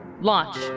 Launch